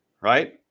Right